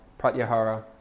Pratyahara